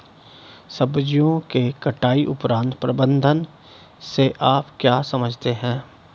सब्जियों के कटाई उपरांत प्रबंधन से आप क्या समझते हैं?